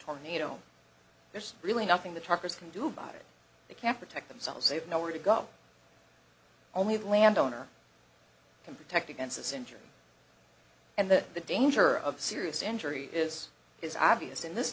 tornado there's really nothing the truckers can do about it they can't protect themselves they have nowhere to go only the landowner can protect against this injury and that the danger of serious injury is his obvious in this